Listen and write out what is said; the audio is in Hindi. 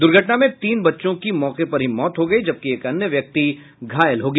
दुर्घटना में तीन बच्चों की मौके पर ही मौत हो गयी जबकि एक अन्य व्यक्ति घायल हो गया